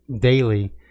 daily